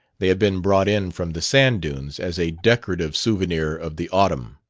they had been brought in from the sand dunes as a decorative souvenir of the autumn,